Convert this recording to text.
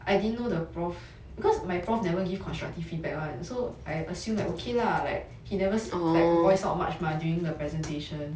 I didn't know the prof because my prof never give constructive feedback [one] so I assume that okay lah like he never like voice out mah during the presentation